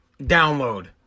download